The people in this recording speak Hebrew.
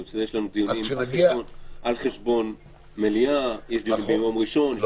יש דיונים על חשבון מליאה, יש דיונים בימי ראשון.